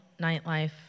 nightlife